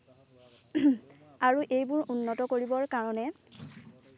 আৰু এইবোৰ উন্নত কৰিবৰ কাৰণে